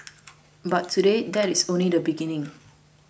but today that is only the beginning